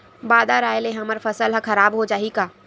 बादर आय ले हमर फसल ह खराब हो जाहि का?